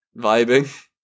vibing